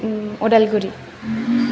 Udalguri